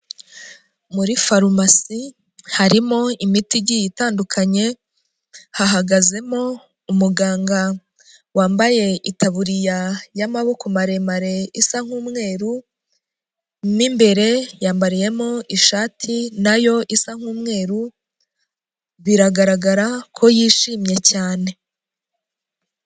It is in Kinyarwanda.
Muri farumasi harimo imiti igiye itandukanye, hahagazemo umuganga wambaye itaburiya y'amaboko maremare isa nk'umweru, mo imbere yambariyemo ishati na yo isa nk'umweru, biragaragara ko yishimye cyane.